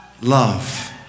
love